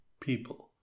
people